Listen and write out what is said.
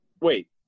wait